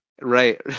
Right